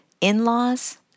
in-laws